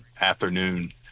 afternoon